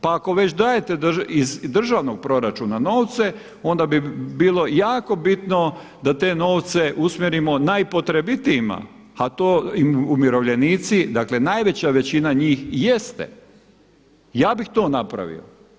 Pa ako već dajete iz državnog proračuna novce onda bi bilo jako bitno da te novce usmjerimo najpotrebitijima a to umirovljenici, dakle najveća većina njih jeste, ja bih to napravio.